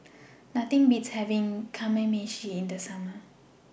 Nothing Beats having Kamameshi in The Summer